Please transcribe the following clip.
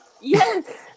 Yes